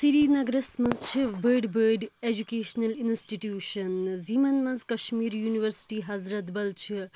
سِریٖنَگرَس منٛز چھ بٔڈۍ بٔڈۍ ایجوٗکیٚشنَل اِنَسٹِٹیوشَنٕز یِمَن منٛز کَشمیٖر یوٗنِیورسِٹی حضرت بَل چھِ